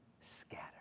scatter